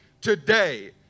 today